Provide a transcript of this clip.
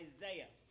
Isaiah